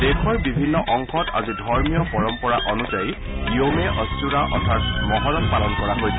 দেশৰ বিভিন্ন অংশত আজি ধৰ্মীয় পৰম্পৰা অনুযায়ী য়োমে অধুৰা অৰ্থাৎ মহৰম পালন কৰা হৈছে